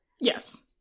yes